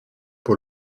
pour